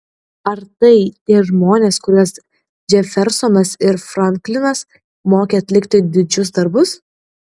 ar tai tie žmonės kuriuos džefersonas ir franklinas mokė atlikti didžius darbus